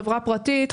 חברה פרטית,